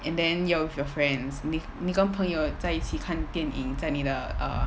and then you're with your friends 你你跟朋友在一起看电影在你的 um